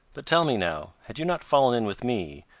but tell me, now, had you not fallen in with me,